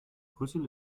brüssel